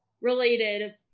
related